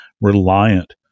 reliant